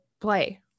play